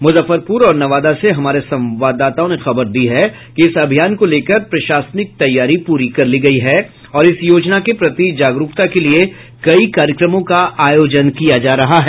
मुजफ्फरपुर और नवादा से हमारे संवाददाताओंने खबर दी है कि इस अभियान को लेकर प्रशासनिक तैयारी पूरी कर ली गयी है और इस योजना के प्रति जागरूकता के लिए कई कार्यक्रमों का आयोजन किया जा रहा है